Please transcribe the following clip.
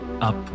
up